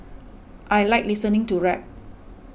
I like listening to rap